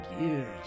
years